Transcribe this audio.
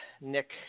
Nick –